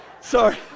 Sorry